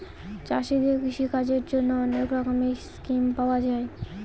চাষীদের কৃষিকাজের জন্যে অনেক রকমের স্কিম পাওয়া যায়